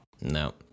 No